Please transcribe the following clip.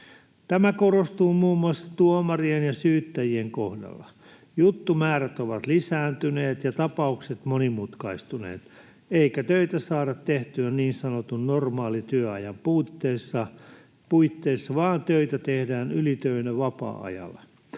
Tämä korostuu muun muassa tuomarien ja syyttäjien kohdalla. Juttumäärät ovat lisääntyneet ja tapaukset monimutkaistuneet, eikä töitä saada tehtyä niin sanotun normaalityöajan puitteissa, vaan töitä tehdään ylitöinä vapaa-ajalla.